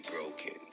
broken